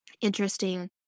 interesting